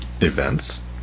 Events